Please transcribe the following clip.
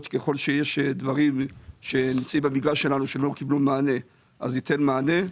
ככל שיש דברים שהם במגרש שלנו ולא קיבלו מענה ואז ניתן מענה.